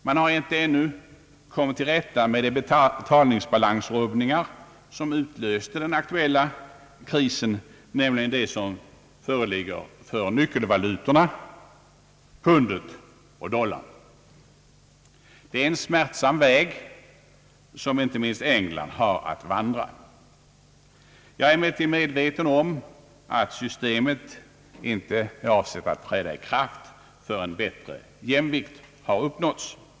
Man har ännu inte kommit till rätta med de betalningsbalansrubbningar som utlöste den aktuella krisen, nämligen de som föreligger för nyckelvalutorna — pundet och dollarn. Det är en smärtsam väg som inte minst England har att vandra. Jag är emellertid medveten om att systemet inte är avsett att träda i kraft förrän bättre jämvikt har uppnåtts.